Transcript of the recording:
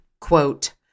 quote